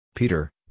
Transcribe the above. Peter